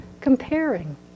comparing